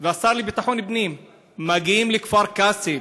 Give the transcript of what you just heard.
והשר לביטחון פנים מגיעים לכפר קאסם